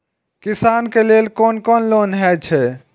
किसान के लेल कोन कोन लोन हे छे?